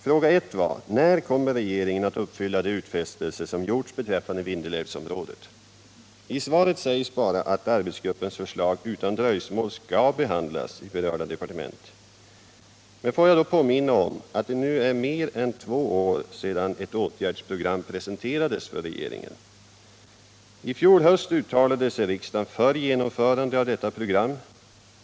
Fråga 1 var: När kommer regeringen att uppfylla de utfästelser som gjorts beträffande Vindelälvsområdet? I svaret sägs bara att arbetsgruppens förslag utan dröjsmål skall behandlas i berörda departement. Får jag då påminna om att det nu är mer ån två år sedan ett åtgärdsprogram presenterades för regeringen. I fjol höst uttalade sig riksdagen för genomförande av detta program.